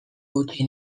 utzi